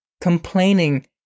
Complaining